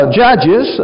judges